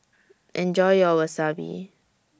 Enjoy your Wasabi